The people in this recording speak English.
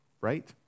Right